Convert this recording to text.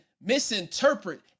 misinterpret